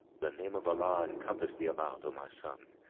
the name of allah encompass thee about, o my son,